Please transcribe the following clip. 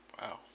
Wow